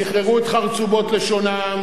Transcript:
שחררו את חרצובות לשונם,